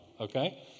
okay